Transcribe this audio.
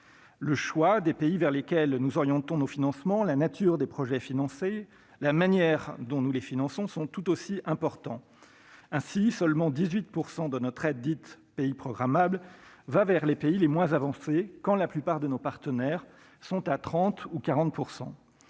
Le choix des pays vers lesquels nous orientons nos financements, la nature des projets financés, la manière même dont nous les finançons sont tout aussi importants. Ainsi, seulement 18 % de notre aide dite « pays programmable » va vers les pays les moins avancés, quand la plupart de nos partenaires sont à 30 % ou à 40 %.